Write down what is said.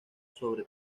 sobre